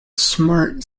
smart